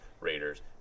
Raiders